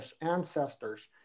ancestors